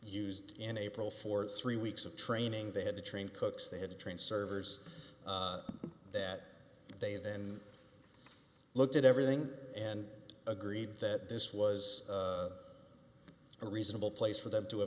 used in april for three weeks of training they had to train cooks they had to train servers that they then looked at everything and agreed that this was a reasonable place for them to a